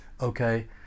okay